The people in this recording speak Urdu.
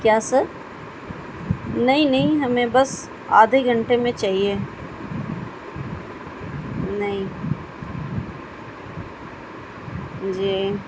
کیا سر نہیں نہیں ہمیں بس آدھے گھنٹے میں چاہیے نہیں جی